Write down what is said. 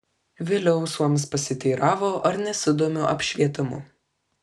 vėliau suomis pasiteiravo ar nesidomiu apšvietimu